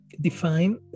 define